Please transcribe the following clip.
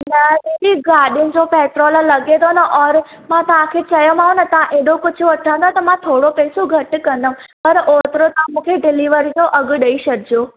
न दीदी गाॾियुनि जो पैट्रोल लॻे थो न और मां तांखे चयोमांव न तां हेॾो कुझु वठंदव त मां थोरो पैसो घटि कंदमि पर ओतिरो तव्हां मूंखे डिलीवरी जो अघु ॾेई छॾजो